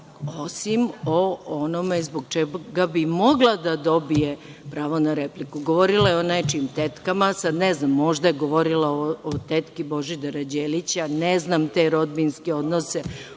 osim o onome zbog čega bi mogla da dobije pravo na repliku. Govorila je o nečijim tetkama. Ne znam, možda je govorila o tetki Božidara Đelića, ne znam te rodbinske odnose